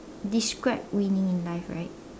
describe winning in life right